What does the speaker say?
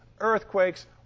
earthquakes